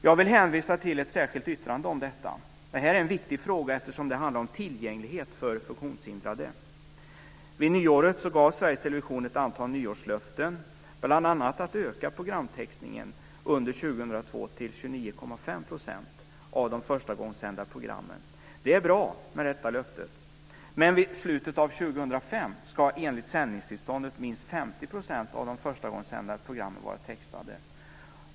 Jag vill hänvisa till ett särskilt yttrande om detta. Det här är en viktig fråga eftersom den handlar om tillgänglighet för funktionshindrade. Vid nyåret gav Sveriges Television ett antal nyårslöften, bl.a. att öka programtextningen under Det är bra med detta löfte, men vid slutet av 2005 ska enligt sändningstillståndet minst 50 % av de förstagångssända programmen vara textade.